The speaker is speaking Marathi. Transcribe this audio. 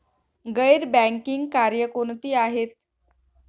गैर बँकिंग कार्य कोणती आहेत?